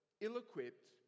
ill-equipped